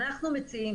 אנחנו מציעים,